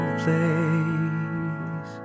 place